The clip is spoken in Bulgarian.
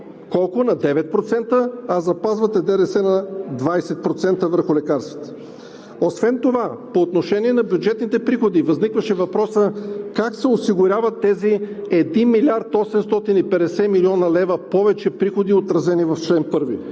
колко – на 9%, а запазвате ДДС на 20% върху лекарствата. Освен това по отношение на бюджетните приходи възникваше въпросът: как се осигуряват 1 млрд. 850 млн. лв. повече приходи, отразени в чл.